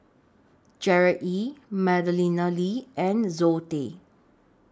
Gerard Ee Madeleine Lee and Zoe Tay